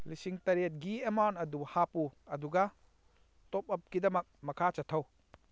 ꯂꯤꯁꯤꯡ ꯇꯔꯦꯠꯀꯤ ꯑꯦꯃꯥꯎꯟ ꯑꯗꯨ ꯍꯥꯞꯄꯨ ꯑꯗꯨꯒ ꯇꯣꯞꯎꯞꯀꯤꯗꯃꯛ ꯃꯈꯥ ꯆꯠꯊꯧ